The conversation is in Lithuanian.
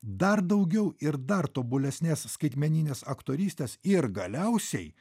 dar daugiau ir dar tobulesnės skaitmeninės aktorystės ir galiausiai